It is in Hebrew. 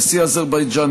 נשיא אזרבייג'ן,